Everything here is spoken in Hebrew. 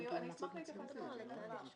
אני אשמח להתייחס למה שנאמר.